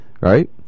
right